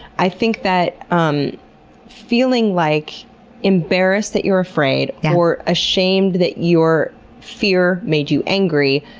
i think that um feeling like embarrassed that you're afraid, or ashamed that your fear made you angry.